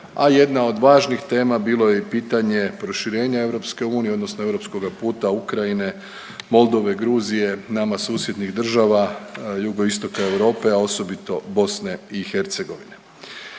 a jedna od važnih tema bilo je i pitanje proširenja EU odnosno europskoga puta Ukrajine, Moldove, Gruzije, nama susjednih država jugoistoka Europe, a osobito BiH.